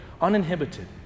uninhibited